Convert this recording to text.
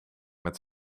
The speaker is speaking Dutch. met